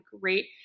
great